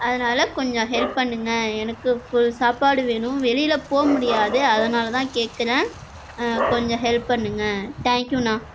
அதனால் கொஞ்சம் ஹெல்ப் பண்ணுங்க எனக்கு ஃபுல் சாப்பாடு வேணும் வெளியில போக முடியாது அதனால தான் கேட்குறேன் கொஞ்சம் ஹெல்ப் பண்ணுங்க தேங்க்யூண்ணா